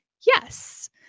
Yes